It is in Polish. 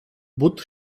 but